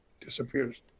disappears